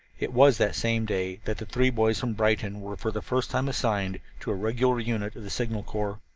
it was that same day that the three boys from brighton were for the first time assigned to a regular unit of the signal corps.